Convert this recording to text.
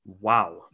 wow